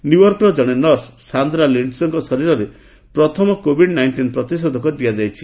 ନ୍ୟୁୟର୍କର କଣେ nurse Sandra ଲିଣ୍ଡ୍ସେଙ୍କ ଶରୀରରେ ପ୍ରଥମ କୋବିଡ ନାଇଷ୍ଟିନ୍ ପ୍ରତିଷେଧକ ଦିଆଯାଇଛି